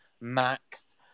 max